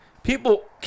People